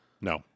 No